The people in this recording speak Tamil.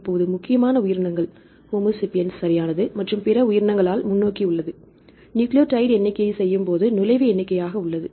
இப்போது முக்கியமான உயிரினங்கள் ஹோமோ சேபியன்ஸ் சரியானது மற்றும் பிற உயிரினங்களால் முன்னோக்கி உள்ளது நியூக்ளியோடைடு எண்ணிக்கை செய்யும் போது நுழைவு எண்ணிக்கையாக உள்ளது